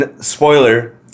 spoiler